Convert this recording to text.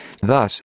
Thus